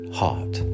heart